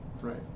Right